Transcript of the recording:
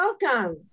welcome